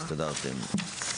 הסתדרתם.